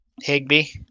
Higby